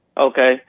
Okay